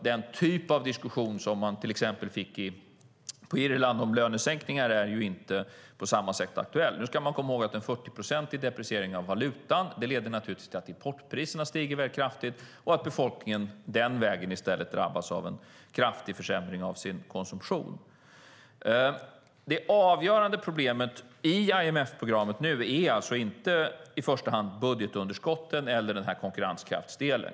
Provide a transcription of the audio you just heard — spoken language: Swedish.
Den typ av diskussion som man fick till exempel i Irland om lönesänkningar är inte på samma sätt aktuell. Nu ska man komma ihåg att en 40-procentig depreciering av valutan leder till att importpriserna stiger kraftigt och att befolkningen i stället den vägen drabbas av en kraftig försämring av sin konsumtion. Det avgörande problemet i IMF-programmet nu är alltså inte i första hand budgetunderskotten eller konkurrenskraftsdelen.